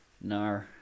No